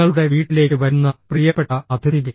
നിങ്ങളുടെ വീട്ടിലേക്ക് വരുന്ന പ്രിയപ്പെട്ട അതിഥി